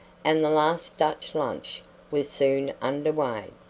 and the last dutch lunch was soon under way.